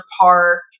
Park